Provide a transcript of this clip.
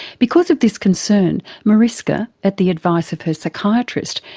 because of this concern, mariska, at the advice of her psychiatrist,